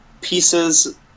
pieces